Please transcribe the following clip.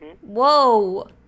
Whoa